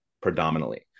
predominantly